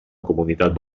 comunitat